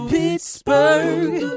Pittsburgh